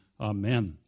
amen